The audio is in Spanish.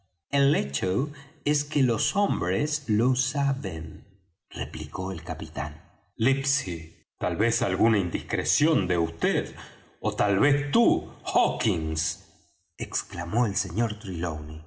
es que los hombres lo saben replicó el capitán livesey tal vez alguna indiscreción de vd ó tal vez tú hawkins exclamó el sr